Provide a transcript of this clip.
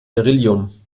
beryllium